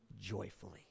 joyfully